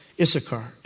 Issachar